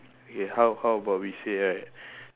K how how about we say right